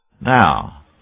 Now